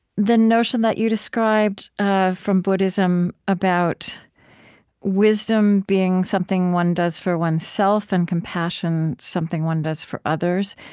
the notion that you described ah from buddhism, about wisdom being something one does for oneself and compassion something one does for others,